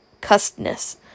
cussedness